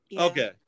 Okay